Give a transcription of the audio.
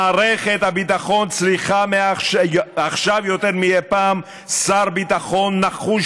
מערכת הביטחון צריכה עכשיו יותר מאי פעם שר ביטחון נחוש